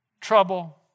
trouble